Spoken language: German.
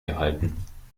gehalten